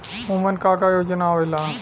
उमन का का योजना आवेला?